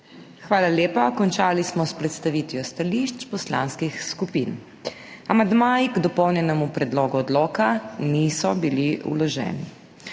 Hvala lepa. Končali smo s predstavitvijo stališč poslanskih skupin. Amandmaji k dopolnjenemu predlogu odloka niso bili vloženi.